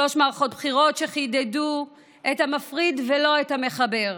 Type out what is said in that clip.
שלוש מערכות בחירות שחידדו את המפריד ולא את המחבר,